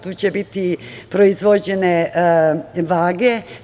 Tu će biti proizvedene vage.